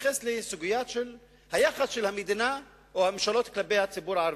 נתייחס לסוגיה של היחס של המדינה או הממשלות כלפי הציבור הערבי,